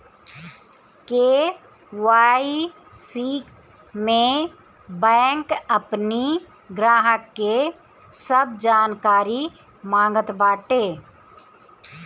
KYC में bank अपनी ग्राहक के सब जानकारी मांगत बाटे